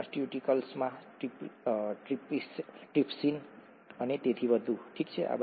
pharmaceuticals trypsin અને તેથી વધુ ઠીક છે